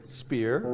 spear